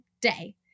day